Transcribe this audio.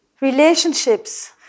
Relationships